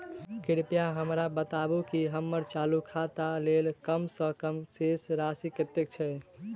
कृपया हमरा बताबू की हम्मर चालू खाता लेल कम सँ कम शेष राशि कतेक छै?